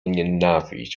nienawiść